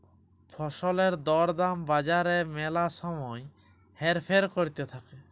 ফসলের দর দাম বাজারে ম্যালা সময় হেরফের ক্যরতে থাক্যে